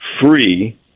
free